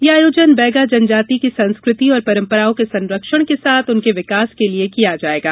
ये आयोजन बैगा जनजाति की संस्कृति और परंपराओं के संरक्षण के साथ उनके विकास के लिए किया जायेगा